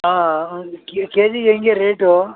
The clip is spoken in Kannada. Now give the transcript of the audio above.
ಆಂ ಒಂದು ಕೆ ಜಿಗೆ ಹೆಂಗೆ ರೇಟು